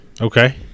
Okay